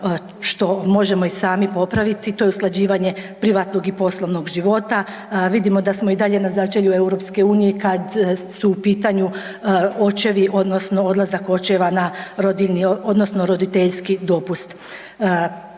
što možemo i sami popraviti. To je usklađivanje privatnog i poslovnog života. Vidimo da smo i dalje na začelju EU kad su u pitanju očevi odnosno odlazak očeva na rodiljni odnosno